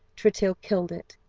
tritill killed it,